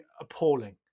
appalling